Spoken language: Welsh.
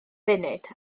funud